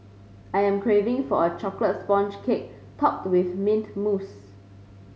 I am craving for a chocolate sponge cake topped with mint mousse